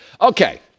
Okay